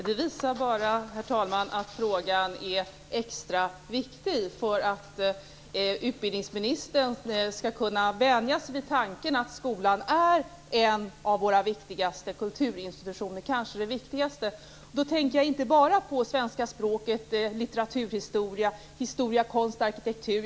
Herr talman! Det visar bara att frågan är extra viktig för att utbildningsministern skall kunna vänja sig vid tanken att skolan är en av våra viktigaste kulturinstitutioner, kanske den viktigaste. Jag tänker då inte bara på svenska språket, litteraturhistoria, historia, konst, arkitektur.